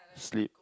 sleep